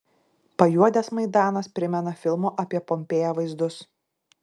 pajuodęs maidanas primena filmo apie pompėją vaizdus